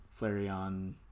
Flareon